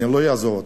ואני לא אעזוב אותה.